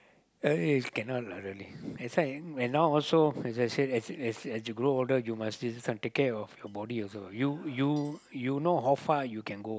really is cannot lah really that's why even when now also as I said as as as you grow older you must still this one take care of your body also you you you know how far you can go